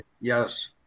Yes